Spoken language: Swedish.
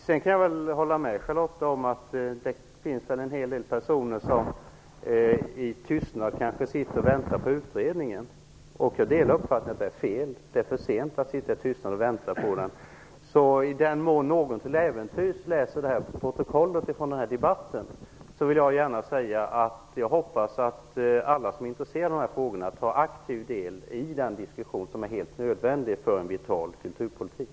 Jag kan hålla med Charlotta Bjälkebring om att det finns en hel del personer som i tystnad sitter och väntar på utredningen. Jag delar uppfattningen att det är fel, det blir för sent. I den mån någon till äventyrs läser protokollet från debatten vill jag gärna säga att jag hoppas att alla som är intresserade av dessa frågor tar aktiv del i den diskussion som är helt nödvändigt för en vital kulturpolitik.